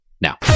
now